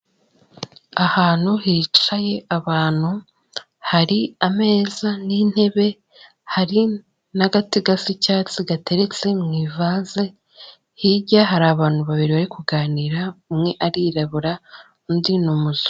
Ahantu hicaye abantu hari ameza n'intebe, hari n'agati gasa icyatsi gateretse mu ivaze, hirya hari abantu babiri bari kuganira umwe arirabura undi ni umuzungu.